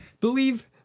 Believe